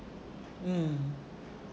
mm